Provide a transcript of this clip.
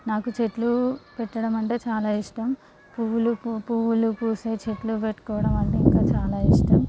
నాకు చెట్లు పెట్టడం అంటే చాలా ఇష్టం పువ్వులు పువ్వులు పూసే చెట్లు పెట్టుకోవడం అంటే ఇంకా చాలా ఇష్టం